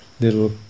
little